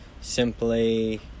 simply